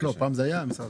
פעם זה היה משרד